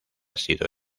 sido